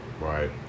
Right